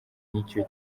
n’icyo